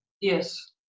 Yes